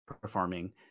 performing